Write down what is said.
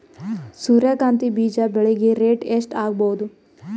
ಸೂರ್ಯ ಕಾಂತಿ ಬೀಜ ಬೆಳಿಗೆ ರೇಟ್ ಎಷ್ಟ ಆಗಬಹುದು?